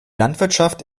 landwirtschaft